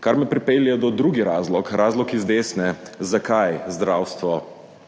Kar me pripelje do drugega razloga, razloga iz desne, zakaj zdravstvo